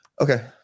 Okay